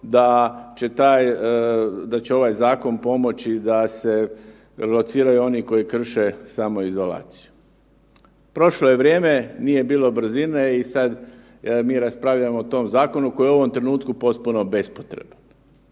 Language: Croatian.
da će ovaj zakon pomoći da se lociraju oni koji krše samoizolaciju. Prošlo je vrijeme, nije bilo brzine i sad mi raspravljamo o tom zakonu koji je u ovom trenutku potpuno bespotreban.